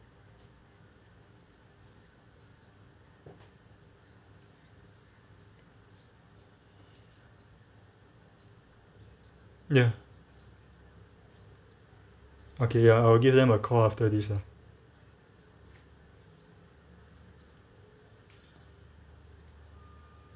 ya okay ya I'll give them a call after this lah